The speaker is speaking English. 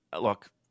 Look